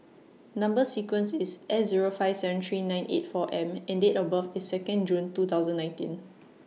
Number sequence IS S Zero five seven three nine eight four M and Date of birth IS Second June two thousand nineteen